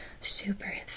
super